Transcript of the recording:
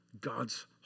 God's